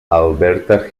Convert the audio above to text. alberta